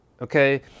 Okay